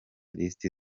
lisiti